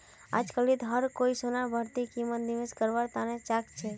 अजकालित हर कोई सोनार बढ़ती कीमतत निवेश कारवार तने चाहछै